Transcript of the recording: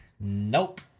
Nope